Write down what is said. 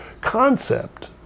concept